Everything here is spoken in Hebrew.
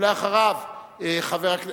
ואחריו חבר הכנסת,